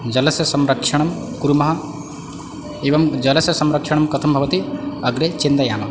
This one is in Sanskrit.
जलस्य संरक्षणं कुर्मः एवं जलस्य संरक्षणं कथं भवति अग्रे चिन्तयामः